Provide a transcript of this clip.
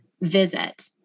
visit